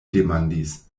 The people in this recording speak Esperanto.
demandis